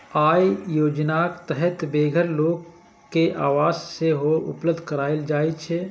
अय योजनाक तहत बेघर लोक कें आवास सेहो उपलब्ध कराएल जाइ छै